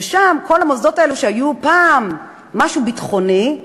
ושם, כל המוסדות האלה שהיו פעם משהו ביטחוני,